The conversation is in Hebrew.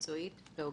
מקצועית והוגנת.